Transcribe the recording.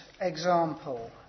example